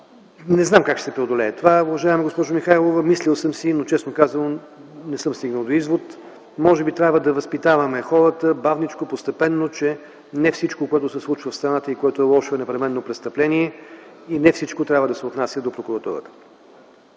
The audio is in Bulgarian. Не знам как ще се преодолее това, уважаема госпожо Михайлова. Мислил съм си, но честно казано, не съм стигнал до извод. Може би трябва да възпитаваме хората бавничко, постепенно, че не всичко, което се случва в страната и което е лошо, непременно е престъпление и не всичко трябва да се отнася до прокуратурата.